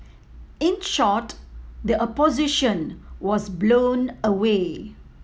in short the Opposition was blown away